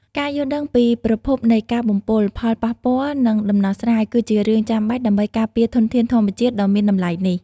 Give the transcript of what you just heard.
ការយល់ដឹងពីប្រភពនៃការបំពុល ផលប៉ះពាល់ និងដំណោះស្រាយ គឺជារឿងចាំបាច់ដើម្បីការពារធនធានធម្មជាតិដ៏មានតម្លៃនេះ។